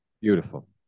Beautiful